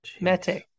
Mete